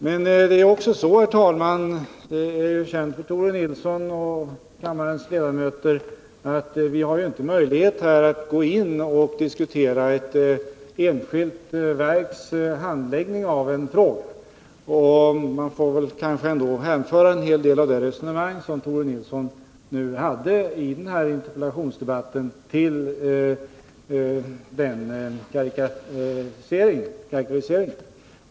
Men vi har inte, vilket är väl känt för Tore Nilsson och kammarens ledamöter, möjlighet att gå in och diskutera ett enskilt verks handläggning av en fråga. Och en hel del av det resonemang som Tore Nilsson för i denna interpellationsdebatt kan föras in under en sådan karaktärisering.